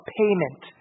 payment